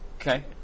Okay